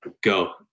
go